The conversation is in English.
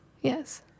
Yes